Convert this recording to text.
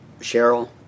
Cheryl